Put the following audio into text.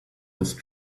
this